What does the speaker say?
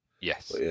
Yes